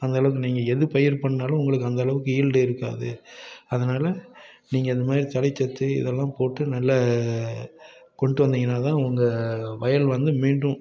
அந்த அளவுக்கு நீங்கள் எது பயிர் பண்ணினாலும் உங்களுக்கு அந்த அளவுக்கு ஈடு இருக்காது அதனால நீங்கள் அது மாதிரி தழைசத்து இதெல்லாம் போட்டு நல்ல கொண்டுட்டு வந்தீங்கனாதான் உங்கள் வயல் வந்து மீண்டும்